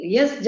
Yes